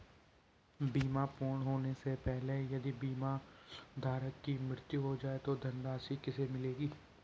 बीमा पूर्ण होने से पहले अगर बीमा करता की डेथ हो जाए तो बीमा की धनराशि किसे मिलेगी?